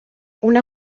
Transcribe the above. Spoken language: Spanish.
una